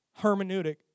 hermeneutic